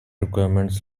requirements